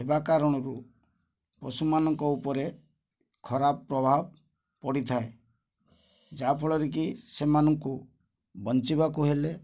ହେବା କାରଣରୁ ପଶୁମାନଙ୍କ ଉପରେ ଖରାପ ପ୍ରଭାବ ପଡ଼ିଥାଏ ଯାହାଫଳରେ କି ସେମାନଙ୍କୁ ବଞ୍ଚିବାକୁ ହେଲେ